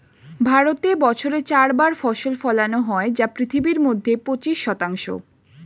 ভারতে বছরে চার বার ফসল ফলানো হয় যা পৃথিবীর মধ্যে পঁচিশ শতাংশ